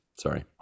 sorry